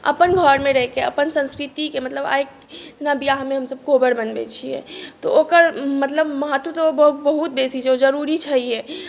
अपन घर मे रहिके अपन संस्कृति के मतलब आइ जेना बिआह मे हमसब कोबर बनबै छियै तऽ ओकर मतलब महत्व तऽ ओ बहुत बेसी छै ओ जरूरी छै हे